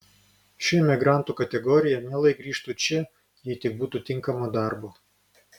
ši emigrantų kategorija mielai grįžtu čia jei tik būtų tinkamo darbo